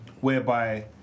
whereby